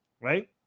right